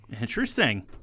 interesting